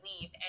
leave